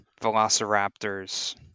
velociraptors